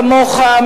כמוך,